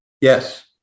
Yes